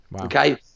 okay